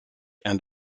and